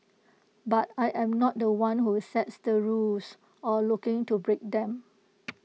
but I am not The One who sets the rules or looking to break them